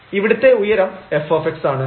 ഇവിടത്തെ ഉയരം f ആണ്